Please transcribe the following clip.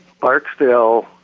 Barksdale